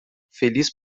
feliz